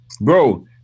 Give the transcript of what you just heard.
Bro